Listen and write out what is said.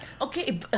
Okay